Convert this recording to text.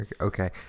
Okay